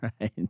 Right